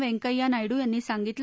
व्यंकय्या नायडू यांनी सांगितलं